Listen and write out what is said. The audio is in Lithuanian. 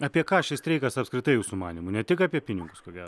apie ką šis streikas apskritai jūsų manymu ne tik apie pinigus ko gero